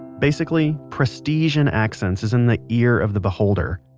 basically, prestige in accents is in the ear of the beholder.